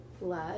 love